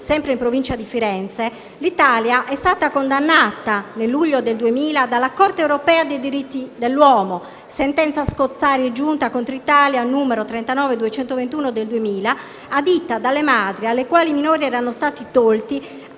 sempre in provincia di Firenze - l'Italia è stata condannata nel luglio del 2000 dalla Corte europea dei diritti dell'uomo (sentenza Scozzari e Giunta contro Italia n. 39221 del 2000), adita dalle madri alle quali i minori erano stati tolti.